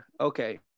okay